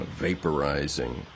vaporizing